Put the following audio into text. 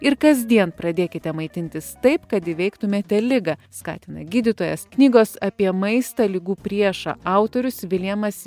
ir kasdien pradėkite maitintis taip kad įveiktumėte ligą skatina gydytojas knygos apie maistą ligų priešą autorius viliamas